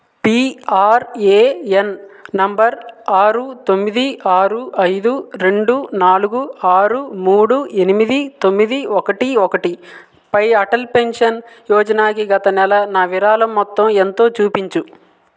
PRAN నంబరు ఆరు తొమ్మిది ఆరు ఐదు రెండు నాలుగు ఆరు మూడు ఎనిమిది తొమ్మిది ఒకటి ఒకటి పై అటల్ పెన్షన్ యోజనాకి గత నెల నా విరాళం మొత్తం ఎంతో చూపించు